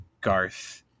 garth